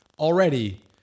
Already